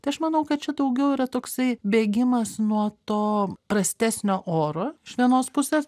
tai aš manau kad čia daugiau yra toksai bėgimas nuo to prastesnio oro iš vienos pusės